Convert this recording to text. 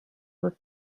were